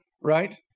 right